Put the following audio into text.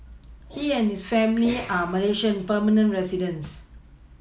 he and his family are Malaysian permanent residents